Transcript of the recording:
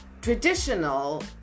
Traditional